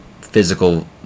physical